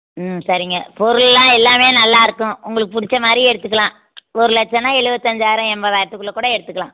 ம் சரிங்க பொருள்லாம் எல்லாமே நல்லாயிருக்கும் உங்களுக்குப் பிடிச்ச மாதிரியே எடுத்துக்கலாம் ஒரு லட்சன்னா எழுவத்தஞ்சாயிரம் எண்பதாயிரத்துக்குள்ளக் கூட எடுத்துக்கலாம்